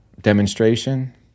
demonstration